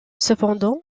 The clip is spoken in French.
cependant